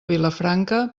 vilafranca